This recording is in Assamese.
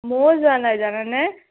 ময়ো যোৱা নাই জানানে